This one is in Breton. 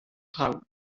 traoù